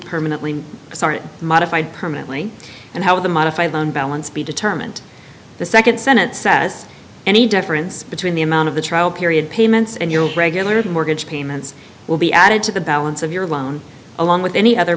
permanently started modified permanently and how the modified loan balance be determined the second senate says any difference between the amount of the trial period payments and your regular mortgage payments will be added to the balance of your loan along with any other